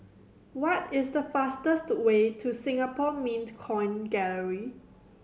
what is the fastest way to Singapore Mint Coin Gallery